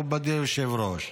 מכובדי היושב-ראש.